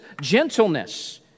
gentleness